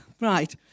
Right